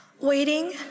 Waiting